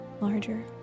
larger